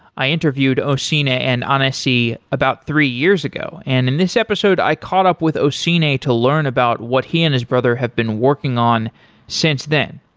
i interviewed osine and anesi about three years ago. and in this episode, i caught up with osine to learn about what he and his brother have been working on since then.